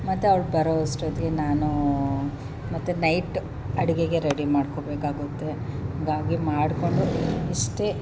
ಮತ್ತು ಅವ್ಳು ಬರೋ ಅಷ್ಟೊತ್ತಿಗೆ ನಾನೂ ಮತ್ತೆ ನೈಟ್ ಅಡುಗೆಗೆ ರೆಡಿ ಮಾಡ್ಕೋಬೇಕಾಗುತ್ತೆ ಹಂಗಾಗಿ ಮಾಡಿಕೊಂಡು ಇಷ್ಟೇ